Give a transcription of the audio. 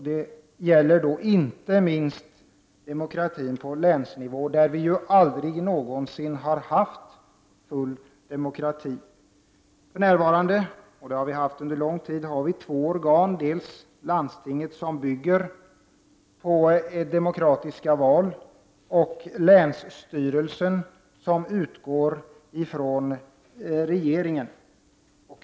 Det gäller inte minst demokratin på länsnivå, där det aldrig någonsin har varit full demokrati. För närvarande har vi, och har haft under lång tid, två organ, dels landstinget till vilket demokratiska val sker, dels länsstyrelsen som utgår från regeringsmakten.